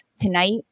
tonight